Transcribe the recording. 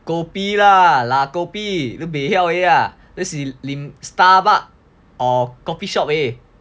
kopi lah la kopi le buay hiao le si lim Starbucks or coffee shop eh